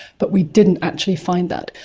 but we didn't actually find that.